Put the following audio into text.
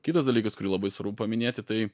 kitas dalykas kurį labai svarbu paminėti tai